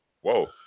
Whoa